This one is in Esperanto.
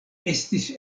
estis